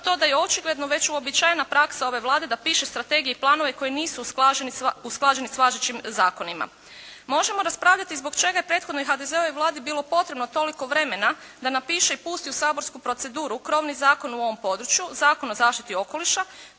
to da je očigledno već uobičajena praksa ove Vlade da piše strategije i planove koji nisu usklađeni s važećim zakonima. Možemo raspravljati zbog čega je prethodnoj HDZ-ovoj Vladi bilo potrebno toliko vremena da napiše i pusti u saborsku proceduru krovni zakon o ovome području Zakon o zaštiti okoliša